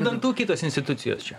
dantų kitos institucijos čia